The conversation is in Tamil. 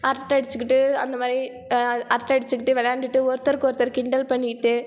அரட்டை அடித்துக்கிட்டு அந்த மாதிரி அரட்டை அடித்துக்கிட்டு விளையாண்டுட்டு ஒருத்தருக்கு ஒருத்தர் கிண்டல் பண்ணிட்டு